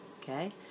Okay